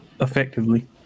effectively